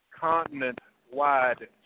continent-wide